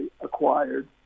acquired